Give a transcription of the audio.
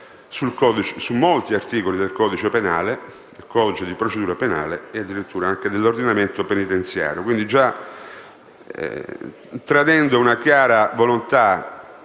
su molti articoli del codice penale, del codice di procedura penale e addirittura sull'ordinamento penitenziario. Si tradisce, quindi, una chiara volontà